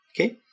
Okay